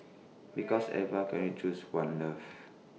because Eva can only choose one love